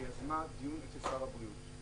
ויזמה דיון אצל שר הבריאות.